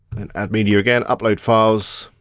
then add media again, upload files.